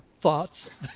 thoughts